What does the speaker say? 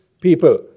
people